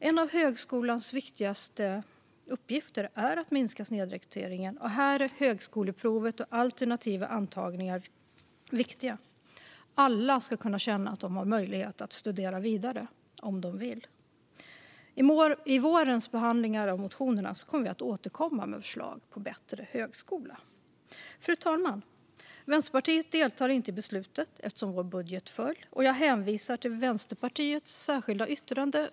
En av högskolans viktigaste uppgifter är att minska snedrekryteringen, och här är högskoleprovet och alternativa antagningar viktiga. Alla ska kunna känna att de har möjlighet att studera vidare om de vill. I vårens behandlingar av motioner kommer vi att återkomma med förslag för en bättre högskola. Fru talman! Vi i Vänsterpartiet deltar inte i beslutet eftersom vår budget föll, utan jag hänvisar till Vänsterpartiets särskilda yttrande.